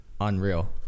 unreal